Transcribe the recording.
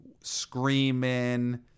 screaming